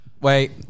Wait